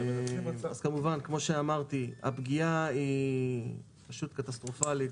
כמובן, כמו שאמרתי, הפגיעה היא פשוט קטסטרופלית.